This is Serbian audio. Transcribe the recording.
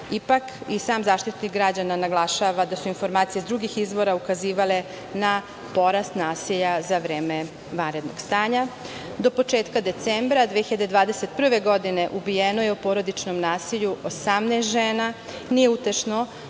Ipak, i sam Zaštitnik građana naglašava da su informacije s drugih izvora ukazivale na porast nasilja za vreme vanrednog stanja. Do početka decembra 2021. godine ubijeno je u porodičnom nasilju 18 žena, nije utešno